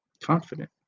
confident